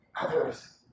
others